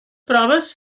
proves